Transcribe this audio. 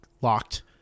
locked